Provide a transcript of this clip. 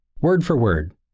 Word-for-word